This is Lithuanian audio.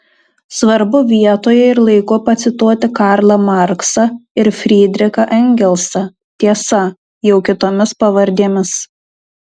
svarbu vietoje ir laiku pacituoti karlą marksą ir frydrichą engelsą tiesa jau kitomis pavardėmis